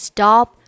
Stop